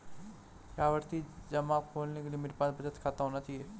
क्या आवर्ती जमा खोलने के लिए मेरे पास बचत खाता होना चाहिए?